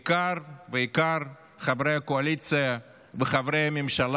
והיא השנה שינתה את כל הקונספציה ואת כל המערכת